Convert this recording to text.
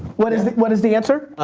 what is, what is the answer?